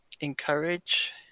encourage